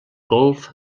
golf